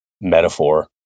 metaphor